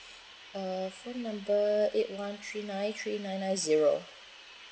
uh phone number eight one three nine three nine nine zero